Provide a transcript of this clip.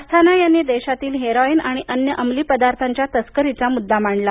अस्थाना यांनी देशातील हेरोईन आणि अन्य अंमली पदार्थांच्य तस्करीचा मुद्दा मांडला